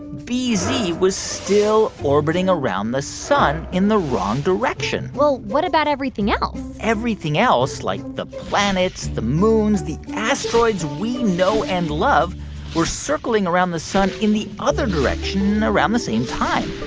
bee-zee was still orbiting around the sun in the wrong direction well, what about everything else? everything else, like the planets, the moons, the asteroids we know and love were circling around the sun in the other direction around the same time.